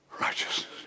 righteousness